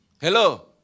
Hello